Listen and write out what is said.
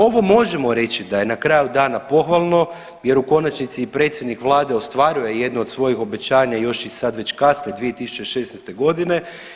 Ovo možemo reći da je na kraju dana pohvalno, jer u konačnici i predsjednik Vlade ostvaruje jedne od svojih obećanja još i sad već kasne 2016. godine.